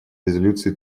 резолюции